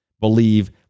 believe